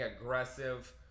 aggressive